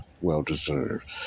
well-deserved